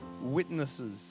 witnesses